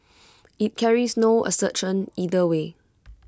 IT carries no assertion either way